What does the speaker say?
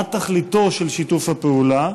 מה תכלית שיתוף הפעולה?